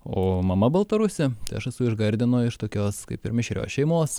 o mama baltarusė aš esu iš gardino iš tokios kaip ir mišrios šeimos